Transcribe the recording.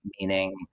meaning